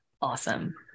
Awesome